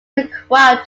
required